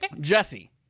Jesse